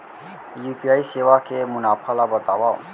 UPI सेवा के मुनाफा ल बतावव?